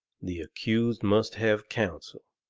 the accused must have counsel.